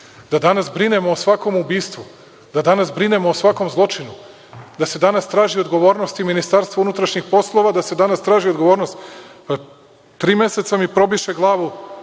da danas brinemo o svakom ubistvu, da danas brinemo o svakom zločinu, da se danas traži odgovornost i Ministarstva unutrašnjih poslova. Tri meseca mi probiše glavu